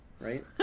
right